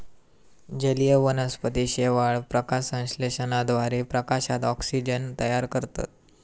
जलीय वनस्पती शेवाळ, प्रकाशसंश्लेषणाद्वारे प्रकाशात ऑक्सिजन तयार करतत